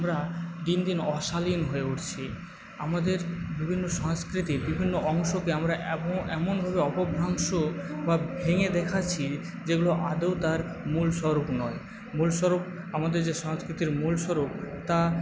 আমরা দিন দিন অশালীন হয়ে উঠছি আমাদের বিভিন্ন সংস্কৃতিক বিভিন্ন অংশকে আমরা এমনভাবে অপভ্রংশ বা ভেঙে দেখাচ্ছি যেগুলো আদৌ তার মূল স্বরূপ নয় মূল স্বরূপ আমাদের যে সংস্কৃতির মূল স্বরূপ তা